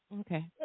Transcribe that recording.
Okay